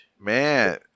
Man